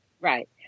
Right